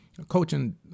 coaching